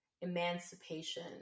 emancipation